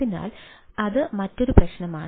അതിനാൽ അത് മറ്റൊരു പ്രശ്നമാണ്